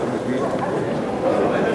2 נתקבלו.